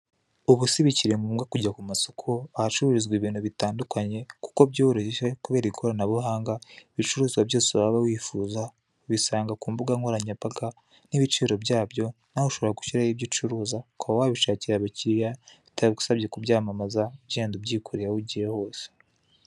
Ubu si bikiri ngombwa kujya ku masoko ahacururizwa ibintu bitandukanye kuko byorohejwe kubera ikoranabuhanga, ibicuruzwa byose waba wifuza ubisanga ku mbuga nkoranyambaga n'ibiciro byabyo, nawe ushobora gushyiraho ibyo ucuruza ukaba wabishakira abakiriya bitagusabye kubyamamaza ugenda ubyikoreye aho ugiye hose.